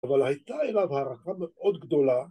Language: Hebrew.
אבל הייתה אליו אהבה מאוד גדולה